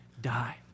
die